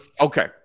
Okay